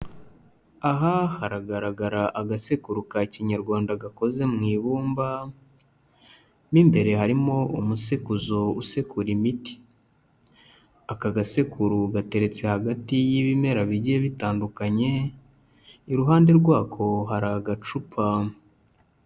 Aha haragaragara agasekuru ka kinyarwanda gakoze mu ibumba, mo imbere harimo umusekuzo usekura imiti, aka gasekuru gateretse hagati y'ibimera bigiye bitandukanye, iruhande rwako hari agacupa.